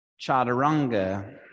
Chaturanga